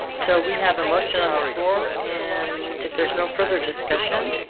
so we have emotion on the floor and if there's no further discussion.